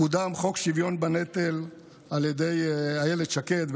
קודם חוק שוויון בנטל על ידי אילת שקד,